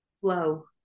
Flow